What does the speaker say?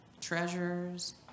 treasures